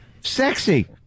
sexy